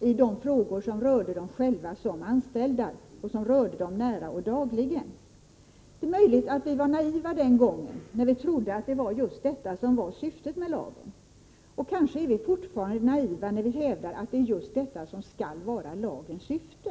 i de frågor som rörde dem själva som anställda och som berörde dem nära och = Nr 22 dagligen. : id : S Onsdagen den Det är möjligt att vi var naiva den gången, när vi trodde att just detta var 7 november 1984 syftet med lagen. Kanske är vi fortfarande naiva när vi hävdar att detta skall == vara lagens syfte.